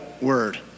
word